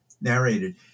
narrated